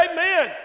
Amen